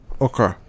Okay